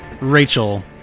Rachel